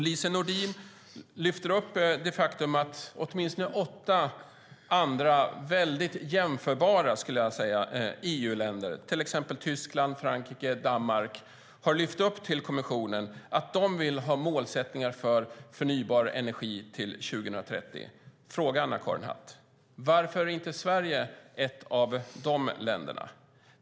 Lise Nordin lyfter upp det faktum att åtminstone åtta EU-länder - väldigt jämförbara med Sverige, skulle jag säga - såsom Tyskland, Frankrike och Danmark har tagit upp i kommissionen att de vill ha målsättningar för förnybar energi till 2030. Frågan är, Anna-Karin Hatt: Varför är inte Sverige ett av de länderna?